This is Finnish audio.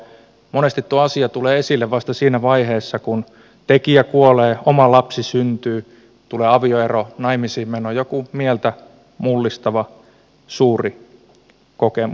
monesti tuo asia tulee esille vasta siinä vaiheessa kun tekijä kuolee oma lapsi syntyy tulee avioero naimisiinmeno joku mieltä mullistava suuri kokemus